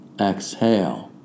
exhale